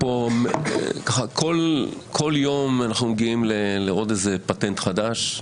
כל יום אנחנו מגיעים לפטנט חדש.